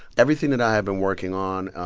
everything that i had been working on,